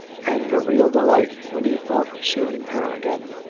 and a real delight when he thought of seeing her again.